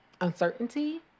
uncertainty